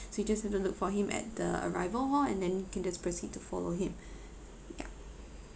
so you just have to look for him at the arrival hall and then can just proceed to follow him yup